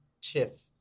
Tiff